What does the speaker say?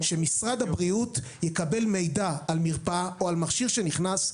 שמשרד הבריאות יקבל מידע על מרפאה או על מכשיר שנכנס,